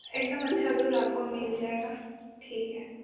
एकदम अच्छा दूध आपको मिल जाएगा ठीक है